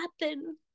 happen